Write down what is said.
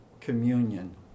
communion